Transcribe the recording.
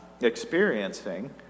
experiencing